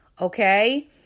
Okay